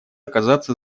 оказаться